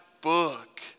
book